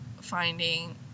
finding